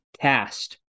cast